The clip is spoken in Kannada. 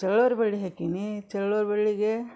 ಚಳ್ಳವ್ರೆ ಬಳ್ಳಿ ಹಾಕೀನಿ ಚಳ್ಳವ್ರೆ ಬಳ್ಳಿಗೆ